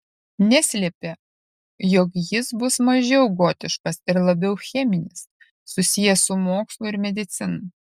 neslėpė jog jis bus mažiau gotiškas ir labiau cheminis susijęs su mokslu ir medicina